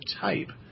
type